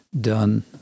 done